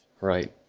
Right